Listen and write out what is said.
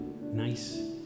nice